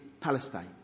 Palestine